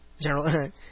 General